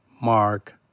Mark